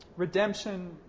Redemption